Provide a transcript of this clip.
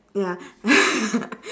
ya